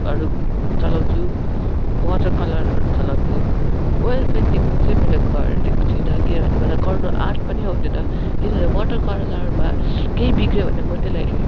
हरू चलाउँछु वाटर कलरहरू चलाउँछु ओयल पेन्टिङ चाहिँ मैले गरेको छुइनँ किनभने मलाई गर्नु आँट पनि आउँदैन किनभने वाटर कलरमा केही बिग्रियो भने म त्यसलाई